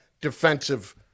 defensive